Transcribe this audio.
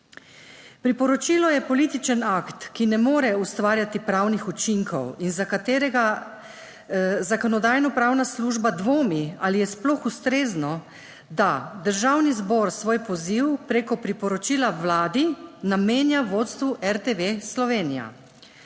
Priporočilo je političen akt, ki ne more ustvarjati pravnih učinkov in za katerega Zakonodajno-pravna služba dvomi, ali je sploh ustrezno, da Državni zbor svoj poziv preko priporočila Vladi namenja vodstvu RTV Slovenija.